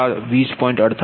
36PL 20